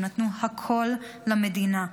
הם נתנו הכול למדינה,